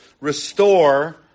restore